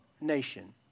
nation